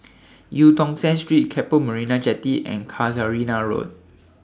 EU Tong Sen Street Keppel Marina Jetty and Casuarina Road